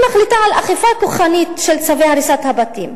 היא מחליטה על אכיפה כוחנית של צווי הריסת הבתים.